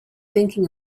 thinking